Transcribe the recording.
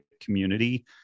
community